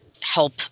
help